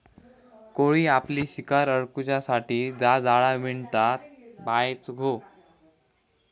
कोळी आपली शिकार अडकुच्यासाठी जा जाळा विणता तेकाच स्पायडर सिल्क म्हणतत